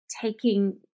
taking